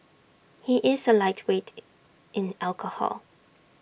he is A lightweight in alcohol